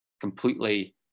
completely